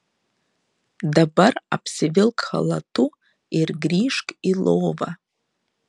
dabar apsivilk chalatu ir grįžk į lovą